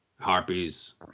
harpies